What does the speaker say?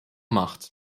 macht